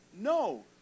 No